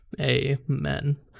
amen